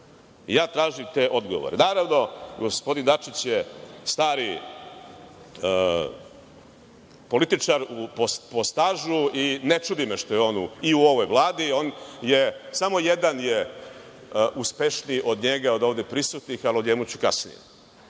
Ja tražim te odgovore. Naravno, gospodin Dačić je stari političar po stažu i ne čudi me što je on i u ovoj Vladi. Samo jedan je uspešniji od njega od ovde prisutnih, ali o njemu ću kasnije. Drugi